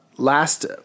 Last